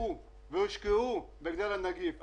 הוצאו והושקעו בגלל הנגיף.